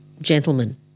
gentlemen